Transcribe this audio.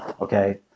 okay